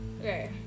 Okay